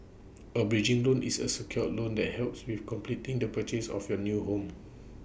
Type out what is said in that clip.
A bridging loan is A secured loan that helps with completing the purchase of your new home